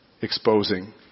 exposing